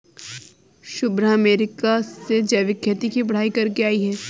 Shubhra America से जैविक खेती की पढ़ाई करके आई है